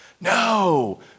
No